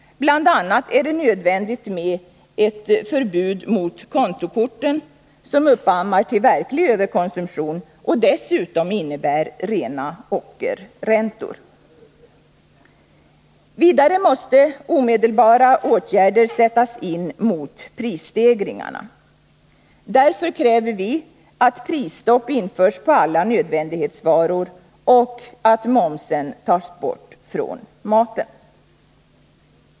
BI. a. är det nödvändigt med förbud mot kontokorten som uppammar verklig överkonsumtion och dessutom innebär rena ockerräntor. Vidare måste omedelbara åtgärder sättas in mot prisstegringarna. Därför kräver vi att prisstopp införs på alla nödvändighetsvaror och att momsen tas bort från maten.